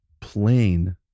Plain